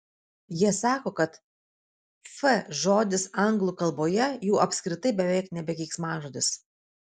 jie sako kad f žodis anglų kalboje jau apskritai beveik nebe keiksmažodis